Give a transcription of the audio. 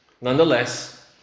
nonetheless